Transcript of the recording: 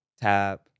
tap